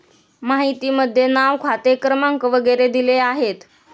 माहितीमध्ये नाव खाते क्रमांक वगैरे दिले आहेत